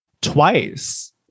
Twice